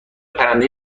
پرنده